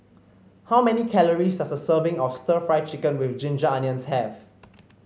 how many calories does a serving of stir Fry Chicken with Ginger Onions have